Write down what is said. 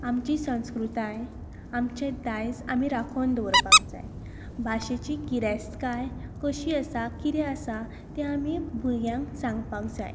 आमची संस्कृताय आमचें दायज आमी राखून दवरपाक जाय भाशेची गिरेस्तकाय कशी आसा कितें आसा तें आमी भुरग्यांक सांगपाक जाय